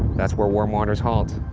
that's where warm waters halt,